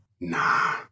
Nah